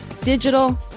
Digital